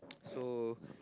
so